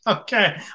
okay